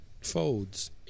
Folds